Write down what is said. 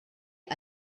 phd